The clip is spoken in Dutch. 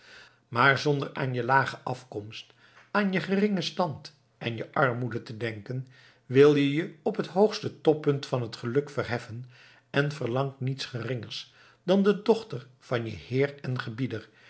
maar zonder aan je lage afkomst aan je geringen stand en je armoede te denken wil je je op t hoogste toppunt van het geluk verheffen en verlangt niets geringers dan de dochter van je heer en gebieder